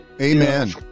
Amen